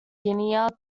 guinea